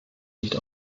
nicht